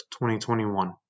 2021